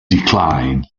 decline